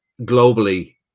globally